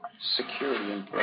security